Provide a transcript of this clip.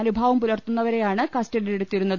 അനുഭാവും പുലർത്തുന്നവ രെയാണ് കസ്റ്റഡിയിലെടുത്തിരുന്നത്